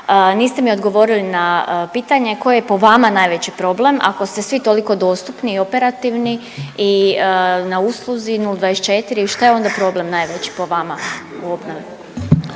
niste mi odgovorili na pitanje koji je po vama najveći problem ako ste svi toliko dostupni i operativni i na usluzi 0-24 šta je onda problem najveći po vama u obnovi?